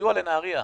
סיוע לנהריה,